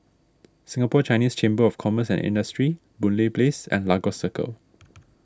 Singapore Chinese Chamber of Commerce and Industry Boon Lay Place and Lagos Circle